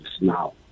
now